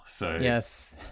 Yes